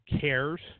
cares